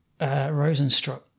Rosenstruck